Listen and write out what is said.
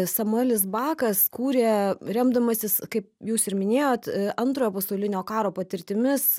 samuelis bakas kūrė remdamasis kaip jūs ir minėjot antrojo pasaulinio karo patirtimis